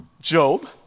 Job